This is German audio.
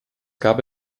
gab